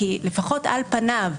כי לפחות על פניו,